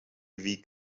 weg